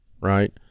right